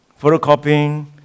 photocopying